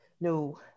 no